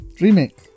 Remake